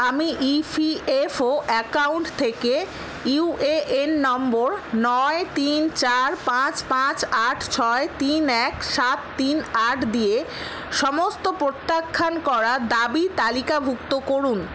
আমি EPFO account থেকে UAN number নয় তিন চার পাঁচ পাঁচ আট ছয় তিন এক সাত তিন আট দিয়ে সমস্ত প্রত্যাখ্যান করা দাবি তালিকাভুক্ত করুন